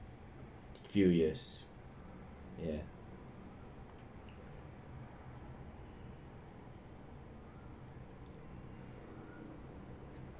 few years ya